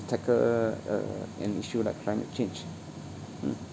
tackle uh an issue like climate change